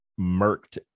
murked